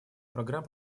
программ